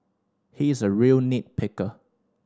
he is a real nit picker